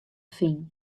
finen